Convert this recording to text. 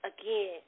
Again